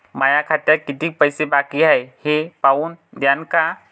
माया खात्यात कितीक पैसे बाकी हाय हे पाहून द्यान का?